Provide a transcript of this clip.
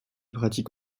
pratique